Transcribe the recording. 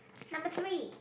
number three